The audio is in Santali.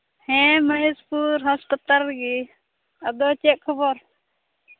ᱦᱮᱸ ᱢᱚᱦᱮᱥᱯᱩᱨ ᱦᱟᱥᱯᱟᱛᱟᱞ ᱨᱮᱜᱮ ᱟᱫᱚ ᱪᱮᱫ ᱠᱷᱚᱵᱚᱨ